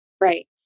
right